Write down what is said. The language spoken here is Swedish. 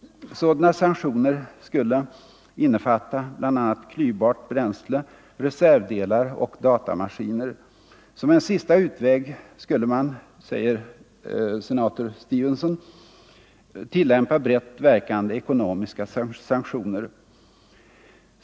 Sådana sanktioner skulle innefatta bl.a. klyvbart bränsle, reservdelar och datamaskiner. Som en sista utväg skulle man, säger senator Stevenson, tillämpa brett verkande ekonomiska sanktioner.